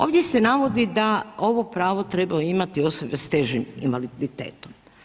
Ovdje se navodi da ovo pravo trebaju imati osobe sa težim invaliditetom.